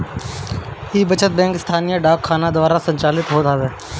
इ बचत बैंक स्थानीय डाक खाना द्वारा संचालित होत हवे